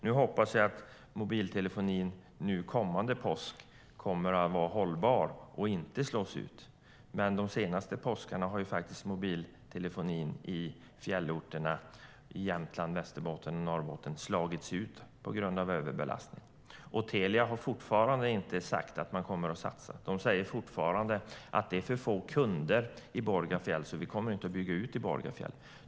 Nu hoppas jag att mobiltelefonin kommande påsk kommer att vara hållbar och inte slås ut, men de senaste påskarna har faktiskt mobiltelefonin i fjällorterna i Jämtland, Västerbotten och Norrbotten slagits ut på grund av överbelastning. Telia har fortfarande inte sagt att de kommer att satsa. De säger fortfarande att det är för få kunder i Borgafjäll för att de ska bygga ut där.